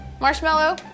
Marshmallow